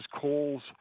calls